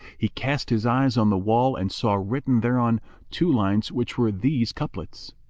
he cast his eyes on the wall and saw written thereon two lines which were these couplets,